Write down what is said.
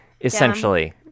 essentially